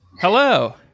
Hello